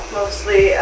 mostly